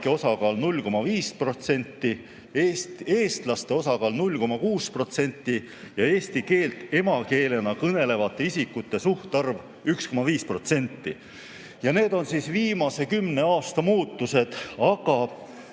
osakaal 0,5%, eestlaste osakaal 0,6% ja eesti keelt emakeelena kõnelevate isikute suhtarv 1,5%. Ja need on siis viimase kümne aasta muutused. Aga